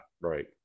right